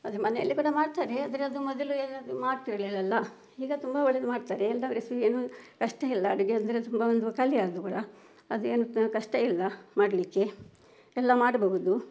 ಅದು ಮನೆಯಲ್ಲಿ ಕೂಡ ಮಾಡ್ತಾರೆ ಆದರೆ ಅದು ಮೊದಲು ಎಲ್ಲ ಅದು ಮಾಡ್ತಿರಲಿಲ್ಲಲ್ಲ ಈಗ ತುಂಬ ಒಳ್ಳೆಯದು ಮಾಡ್ತಾರೆ ಎಲ್ಲ ರೆಸಿಪಿ ಏನೂ ಕಷ್ಟ ಇಲ್ಲ ಅಡುಗೆ ಅಂದರೆ ತುಂಬ ಒಂದು ಕಲಿಯೋದು ಕೂಡ ಅದು ಎಂಥ ಕಷ್ಟ ಇಲ್ಲ ಮಾಡಲಿಕ್ಕೆ ಎಲ್ಲ ಮಾಡಬಹುದು